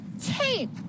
tape